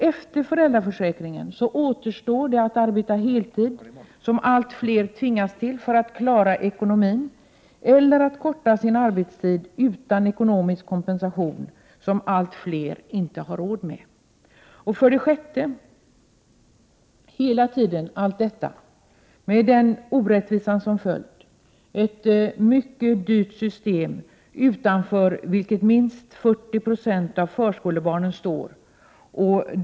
Efter föräldraförsäkringen återstår att arbeta heltid, något som allt fler tvingas till för att klara ekonomin, eller att korta sin arbetstid utan ekonomisk kompensation, något som allt fler inte har råd med. För det sjätte: Hela tiden har vi den orättvisan att vi har ett mycket dyrt system utanför vilket minst 40 20 av förskolebarnen står.